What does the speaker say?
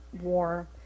war